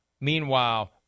Meanwhile